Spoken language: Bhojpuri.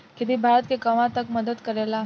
खेती भारत के कहवा तक मदत करे ला?